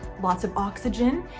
lots of oxygen.